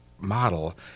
model